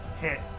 hit